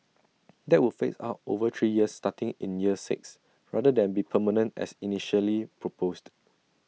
that would phase out over three years starting in year six rather than be permanent as initially proposed